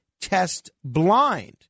test-blind